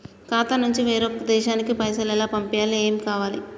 ఖాతా నుంచి వేరొక దేశానికి పైసలు ఎలా పంపియ్యాలి? ఏమేం కావాలి?